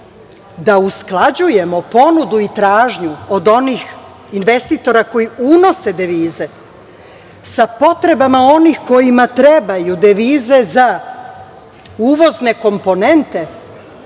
da usklađujemo ponudu i tražnju od onih investitora koji unose devize, sa potrebama onih kojima trebaju devize za uvozne komponente,